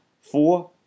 four